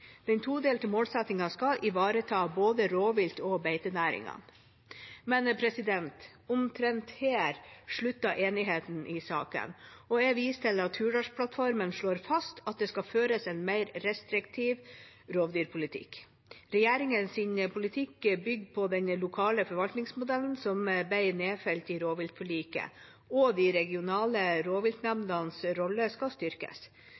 Den todelte målsettingen skal ivareta både rovvilt og beitenæring. Men omtrent her slutter enigheten i saken, og jeg viser til at Hurdalsplattformen slår fast at det skal føres en mer restriktiv rovdyrpolitikk. Regjeringas politikk bygger på den lokale forvaltningsmodellen som ble nedfelt i rovviltforliket, og de regionale rovviltnemndenes rolle skal styrkes.